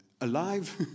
alive